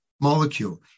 molecule